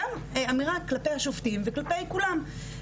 גם אמירה כלפי השופטים וכלפי כולם.